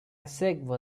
sekvo